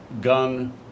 gun